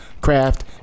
craft